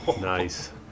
Nice